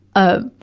ah,